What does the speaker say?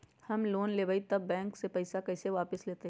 हम लोन लेलेबाई तब बैंक हमरा से पैसा कइसे वापिस लेतई?